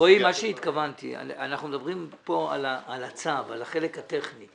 אנחנו מדברים כאן על הצו, על החלק הטכני.